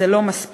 זה לא מספיק,